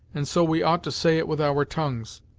and so we ought to say it with our tongues.